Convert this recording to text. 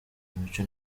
imico